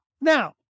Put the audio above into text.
Now